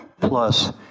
Plus